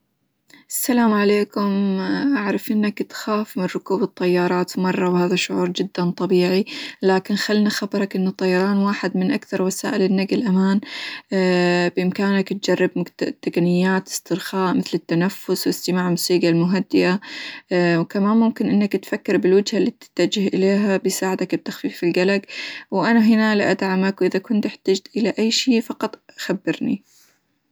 السلام عليكم أعرف إنك تخاف من ركوب الطيارات مرة، وهذا شعور جدًا طبيعي، لكن خلني أخبرك إنه الطيران واحد من أكثر وسائل النقل أمان بإمكانك تجرب -متق- تقنيات استرخاء مثل التنفس، وإستماع موسيقى المهدئة ، وكمان ممكن إنك تفكر بالوجهة اللي بتتجه إليها بيساعدك بتخفيف القلق، وأنا هنا لأدعمك، وإذا كنت إحتجت إلى أي شيء فقط خبرني.